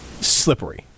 Slippery